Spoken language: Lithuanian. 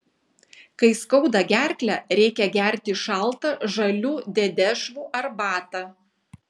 kai skauda gerklę reikia gerti šaltą žalių dedešvų arbatą